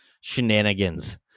shenanigans